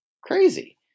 crazy